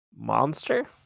monster